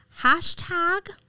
hashtag